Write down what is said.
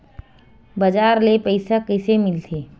बजार ले पईसा कइसे मिलथे?